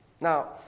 Now